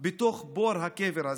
/ בתוך בור הקבר הזה?